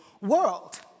world